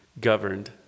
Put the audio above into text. governed